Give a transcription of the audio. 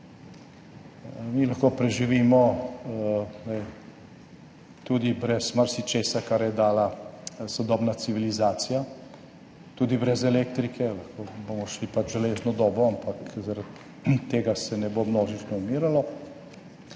Mi lahko preživimo tudi brez marsičesa kar je dala sodobna civilizacija, tudi brez elektrike, lahko bomo šli v železno dobo, ampak zaradi tega se ne bo množično umiralo.